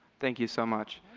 thank you so much.